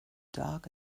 dark